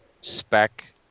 spec